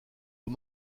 aux